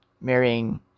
marrying